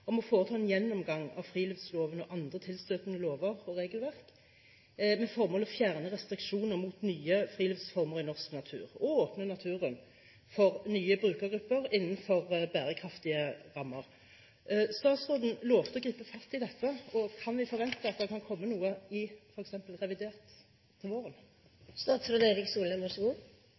om å foreta en gjennomgang av friluftsloven og andre tilstøtende lover og regelverk, med det formål å fjerne restriksjoner mot nye friluftsformer i norsk natur og åpne naturen for nye brukergrupper innenfor bærekraftige rammer. Statsråden lovet å gripe fatt i dette. Kan vi forvente at det kan komme noe, f.eks. i revidert til våren?